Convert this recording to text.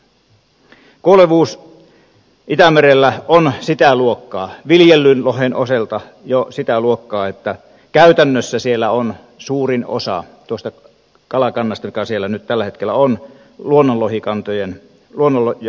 kuolevuus itämerellä on viljellyn lohen osalta jo sitä luokkaa että käytännössä siellä on suurin osa tuosta kalakannasta mikä siellä nyt tällä hetkellä on luonnonlohikantojen luonnonlaki